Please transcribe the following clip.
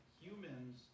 humans